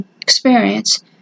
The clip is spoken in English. experience